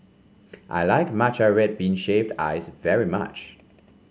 I like Matcha Red Bean Shaved Ice very much